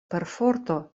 perforto